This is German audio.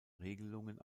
regelungen